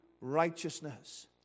righteousness